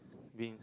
been